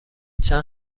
چند